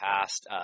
past